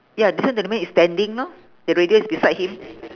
ya this one the man is standing lor the radio is beside him